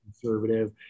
Conservative